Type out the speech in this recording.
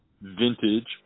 Vintage